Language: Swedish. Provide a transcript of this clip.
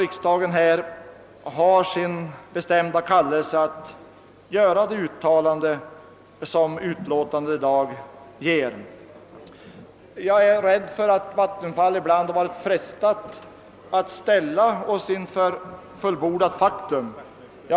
Riksdagen har här sin bestämda kallelse att göra det uttalande som utlåtandet innebär. Jag är rädd för att Vattenfall ibland varit frestat att ställa oss inför fullbordat faktum.